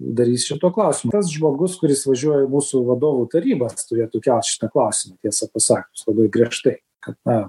darys šituo klausimu tas žmogus kuris važiuoja į mūsų vadovų tarybą turėtų kelt šitą klausimą tiesą pasakius labai griežtai kad na